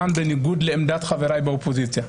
גם בניגוד לעמדת חבריי באופוזיציה.